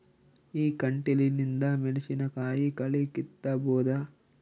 ಈ ಕಂಟಿಲಿಂದ ಮೆಣಸಿನಕಾಯಿ ಕಳಿ ಕಿತ್ತಬೋದ?